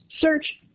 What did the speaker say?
search